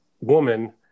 woman